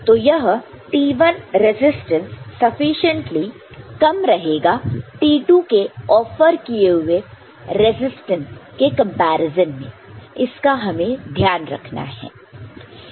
तो यह T1 resistance sufficiently कम रहेगा T2 के ऑफर किए हुए रेसिस्टेंट के कंपैरिजन में इसका हमें ध्यान रखना है